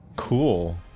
cool